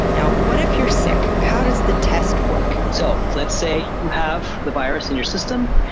now, what if you're sick? how does the test work? so, let's say you have the virus in your system,